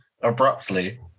abruptly